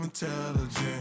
intelligent